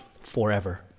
forever